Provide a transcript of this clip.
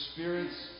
Spirit's